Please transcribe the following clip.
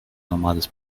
normales